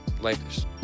Lakers